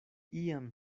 iam